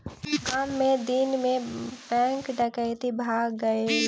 गाम मे दिन मे बैंक डकैती भ गेलै